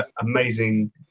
amazing